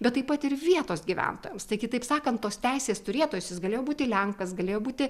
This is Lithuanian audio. bet taip pat ir vietos gyventojams tai kitaip sakant tos teisės turėtojas jis galėjo būti lenkas galėjo būti